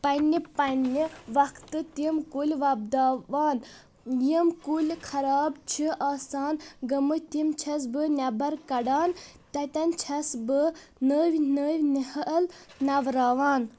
پننہِ پننہِ وقتہٕ تِم کُلۍ وۄپداوان یِم کُلۍ خراب چھِ آسان گٔمٕتۍ تِم چھس بھم نٮ۪بر کڑان تتٮ۪ن چھس بہٕ نٔوۍ نٔوۍ نہال نوراوان